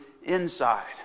inside